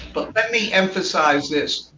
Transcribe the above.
but let me emphasize this.